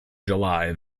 july